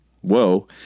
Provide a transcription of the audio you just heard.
whoa